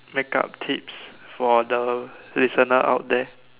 makeup tips for the listener out there